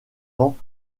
ans